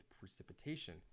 precipitation